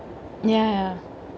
ya ya